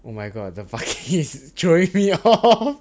oh my god the barking is throwing me off